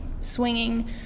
swinging